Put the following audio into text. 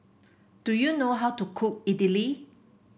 do you know how to cook Idili